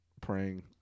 praying